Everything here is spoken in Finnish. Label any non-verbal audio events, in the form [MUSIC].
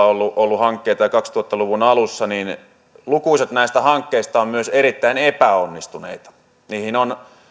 [UNINTELLIGIBLE] ollut yhdeksänkymmentä luvulla ja kaksituhatta luvun alussa niin lukuisat näistä hankkeista ovat myös erittäin epäonnistuneita niihin on